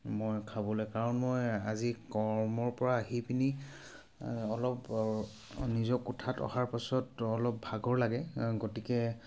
মই খাবলৈ কাৰণ মই আজি কৰ্মৰ পৰা আহি পিনি অলপ নিজৰ কোঠাত অহাৰ পাছত অলপ ভাগৰ লাগে গতিকে